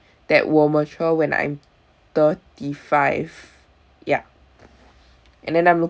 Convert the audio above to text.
that will mature when I'm thirty five ya and then I'm